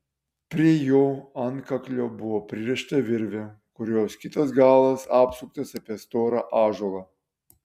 prie jo antkaklio buvo pririšta virvė kurios kitas galas apsuktas apie storą ąžuolą